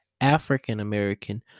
African-American